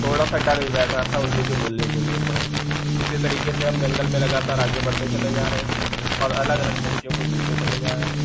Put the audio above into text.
थोड़ा सा डर भी बैठ रहा था उल्लू के बोलने की वज़ह से इसी तरीके से हम जंगल में लगातार आगे बढ़ते चले जा रहे थे और अलग अलग पक्षियों को देखते चले जा रहे थे